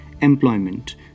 employment